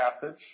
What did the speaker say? passage